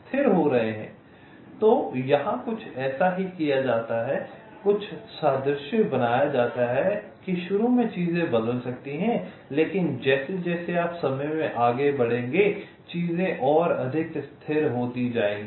तो यहाँ कुछ ऐसा ही किया जाता है कुछ सादृश्य बनाया जाता है कि शुरू में चीजें बदल सकती हैं लेकिन जैसे जैसे आप समय में आगे बढ़ेंगे चीजें और अधिक स्थिर होती जाएंगी